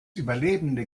überlebende